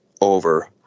over